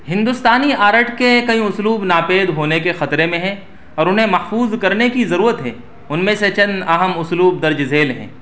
ہندوستانی آرٹ کے کئی اسلوب ناپید ہونے کے خطرے میں ہے اور انہیں محفوظ کرنے کی ضرورت ہے ان میں سے چند اہم اسلوب درجہ ذیل ہیں